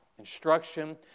instruction